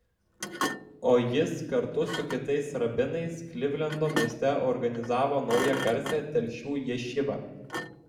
o jis kartu su kitais rabinais klivlendo mieste organizavo naują garsią telšių ješivą